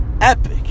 Epic